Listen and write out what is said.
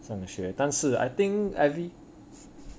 上学但是 I think every